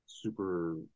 super